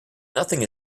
nothing